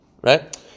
right